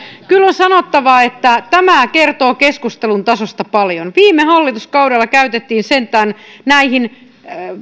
kyllä on sanottava että tämä kertoo keskustelun tasosta paljon viime hallituskaudella käytettiin sentään näihin